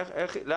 כן.